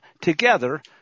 together